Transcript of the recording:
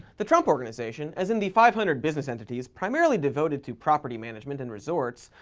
the trump organization, as in the five hundred business entities primarily devoted to property management and resorts,